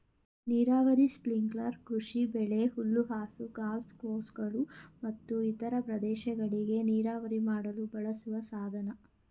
ನೀರಾವರಿ ಸ್ಪ್ರಿಂಕ್ಲರ್ ಕೃಷಿಬೆಳೆ ಹುಲ್ಲುಹಾಸು ಗಾಲ್ಫ್ ಕೋರ್ಸ್ಗಳು ಮತ್ತು ಇತರ ಪ್ರದೇಶಗಳಿಗೆ ನೀರಾವರಿ ಮಾಡಲು ಬಳಸುವ ಸಾಧನ